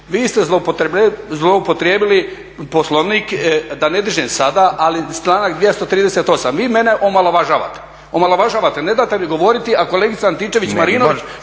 vi ste zloupotrijebili Poslovnik, da ne dižem sada, ali članak 238. Vi mene omalovažavate, ne date mi govoriti a kolegica Antičević-Marinović